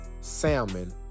Salmon